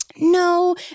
No